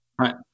Right